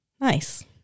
Nice